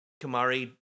Kamari